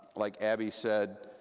like abby said,